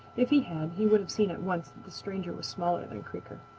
if he had he would have seen at once that the stranger was smaller than creaker.